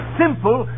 simple